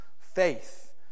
Faith